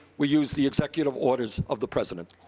we use the executive orders of the president.